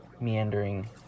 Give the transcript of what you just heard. meandering